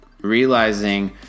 realizing